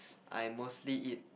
I mostly eat